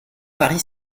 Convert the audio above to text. marie